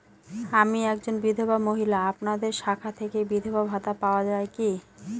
আমি একজন বিধবা মহিলা আপনাদের শাখা থেকে বিধবা ভাতা পাওয়া যায় কি?